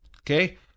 Okay